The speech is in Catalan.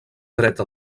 dreta